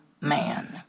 man